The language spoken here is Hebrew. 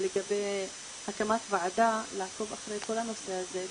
לגבי הקמת ועדה לעקוב אחרי כל הנושא הזה,